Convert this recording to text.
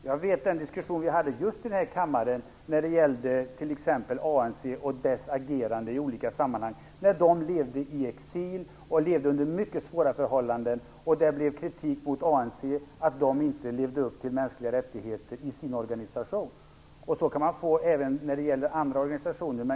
Fru talman! Vi har ju haft en diskussion här i kammaren t.ex. om ANC och dess agerande i olika sammanhang. Det var när människor levde i exil och under mycket svåra förhållanden. Då riktades kritik mot ANC. Det sades att de i sin organisation inte levde upp till kraven när det gäller de mänskliga rättigheterna. Så kan det vara också när det gäller andra organisationer.